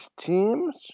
teams